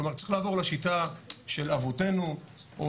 כלומר צריך לעבור לשיטה של אבותינו או